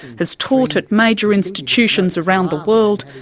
has taught at major institutions around the world,